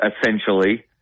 essentially